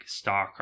StarCraft